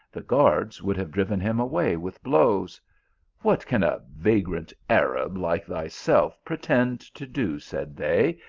the guards would have driven him away with blows what can a vagrant arab like thyself pretend to do, said they,